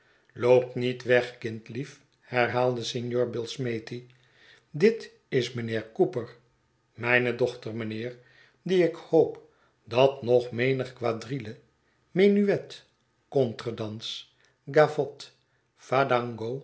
loop niet weg kindlief herhaalde signor billsmethi dit is mijnheer cooper mijne dochter mijnheer die ik hoop dat nog menig quadrille menuet contredans